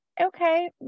Okay